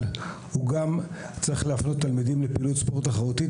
הוא גם צריך להפנות תלמידים לפעילות ספורט תחרותית,